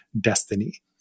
destiny